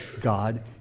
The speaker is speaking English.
God